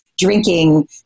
drinking